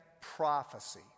prophecy